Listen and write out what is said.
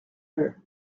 her